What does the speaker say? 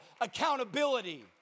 accountability